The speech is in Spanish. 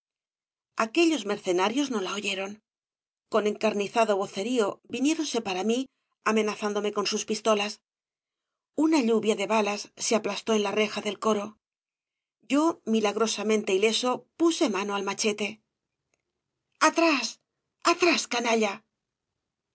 aquellos mercenarios no la oyeron con encarnizado vocerío viniéronse para mí amenazándome con sus pistolas una lluvia de balas se aplastó en la reja del coro yo milagrosamente ileso puse mano al machete atrás atrás canalla